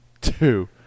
Two